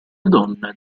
donna